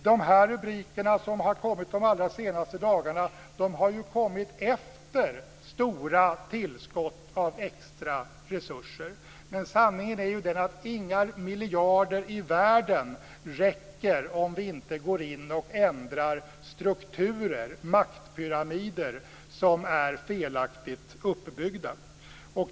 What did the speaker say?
Dessa rubriker som har funnits de allra senaste dagarna har kommit efter stora tillskott av extra resurser. Men sanningen är den att inga miljarder i världen räcker om vi inte går in och ändrar strukturer och maktpyramider som är felaktigt uppbyggda.